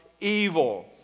evil